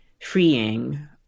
freeing